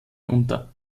unter